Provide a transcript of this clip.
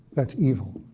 that's evil.